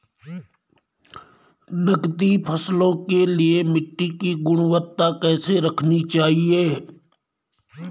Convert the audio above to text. नकदी फसलों के लिए मिट्टी की गुणवत्ता कैसी रखनी चाहिए?